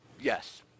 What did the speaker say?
Yes